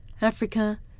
Africa